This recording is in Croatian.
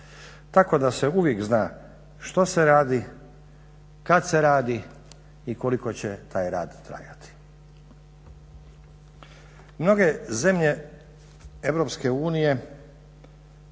tako da se uvijek zna što se radi, kad se radi i koliko će taj rad trajati. Mnoge zemlje EU to pitanje